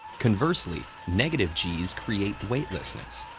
conversely, negative g's create weightlessness.